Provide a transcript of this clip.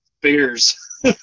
beers